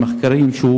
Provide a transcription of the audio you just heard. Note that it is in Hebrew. ממחקרים שהוא